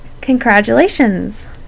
Congratulations